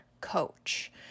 coach